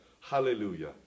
Hallelujah